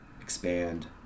expand